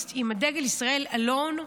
האקונומיסט עם דגל ישראל alone,